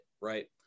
right